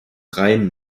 rhein